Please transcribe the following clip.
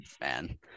Man